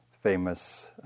famous